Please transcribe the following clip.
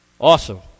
Awesome